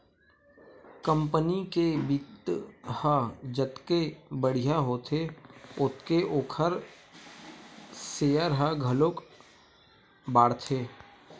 company के बित्त ह जतके बड़िहा होथे ओतके ओखर सेयर ह घलोक बाड़थे